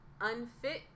unfit